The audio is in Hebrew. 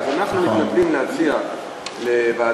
אז אנחנו מתנדבים להציע לוועדה.